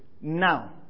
now